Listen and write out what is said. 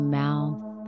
mouth